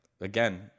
again